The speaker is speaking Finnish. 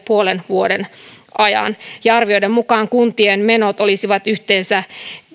puolen vuoden ajan ja arvioiden mukaan kuntien menot olisivat yhteensä